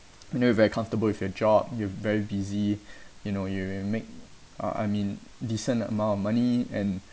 you know very comfortable with your job you're very busy you know you you make uh I mean decent amount of money and